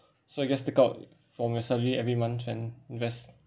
so you just take out from your salary every month and invest